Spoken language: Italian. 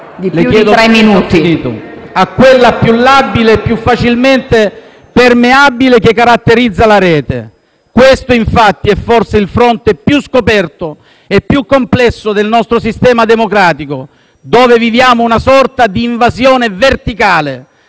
*(PD)*. Ho finito. ...a quella più labile e più facilmente permeabile che caratterizza la rete. Questo infatti è forse il fronte più scoperto e più complesso del nostro sistema democratico, dove viviamo una sorta di invasione verticale,